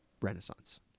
Renaissance